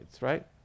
right